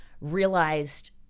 realized